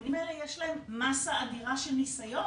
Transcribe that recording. הארגונים האלה יש להם מסה אדירה של ניסיון.